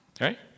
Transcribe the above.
Right